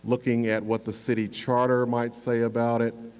looking at what the city charter might say about it,